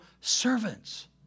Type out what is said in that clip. servants